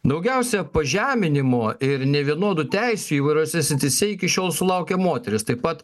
daugiausiai pažeminimo ir nevienodų teisių įvairiose srityse iki šiol sulaukia moterys taip pat